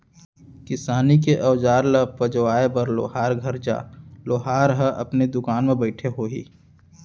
किसानी के अउजार ल पजवाए बर लोहार घर जा, लोहार ह अपने दुकान म बइठे होही